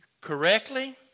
correctly